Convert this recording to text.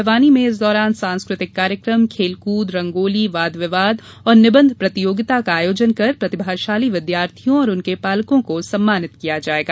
बड़वानी में इस दौरान सांस्कृतिक कार्यक्रम खेलकूद रंगोली वाद विवाद और निबंध प्रतियोगिता का आयोजन कर प्रतिभाशाली विद्यार्थियों और उनके पालकों को सम्मानित किया जायेगा